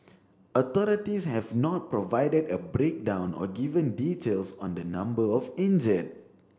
authorities have not provided a breakdown or given details on the number of injured